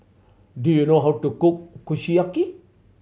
do you know how to cook Kushiyaki